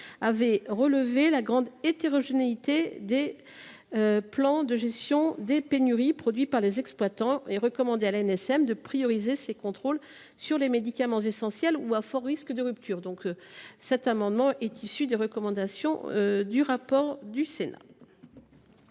effet, relevé la grande hétérogénéité des plans de gestion des pénuries produits par les exploitants, et recommandé à l’ANSM de prioriser ses contrôles sur les médicaments essentiels ou à fort risque de rupture. Cet amendement est directement issu des recommandations contenues dans